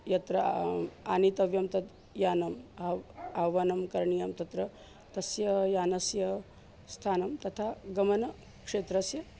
यत्र आनेतव्यं तत् यानम् अव् आह्वानं करणीयं तत्र तस्य यानस्य स्थानं तथा गमनक्षेत्रस्य